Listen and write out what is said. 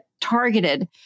targeted